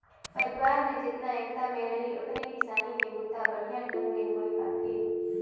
परिवार में जेतना एकता में रहीं ओतने किसानी के बूता बड़िहा ढंग ले होये पाथे